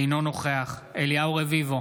אינו נוכח אליהו רביבו,